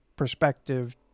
perspective